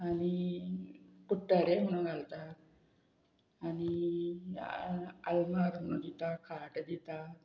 आनी कुट्टरे म्हणून घालता आनी आ आल्वार म्हणून दिता खाट दिता